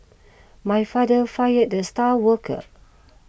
my father fired the star worker